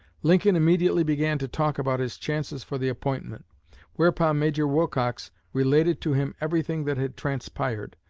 lincoln immediately began to talk about his chances for the appointment whereupon major wilcox related to him everything that had transpired,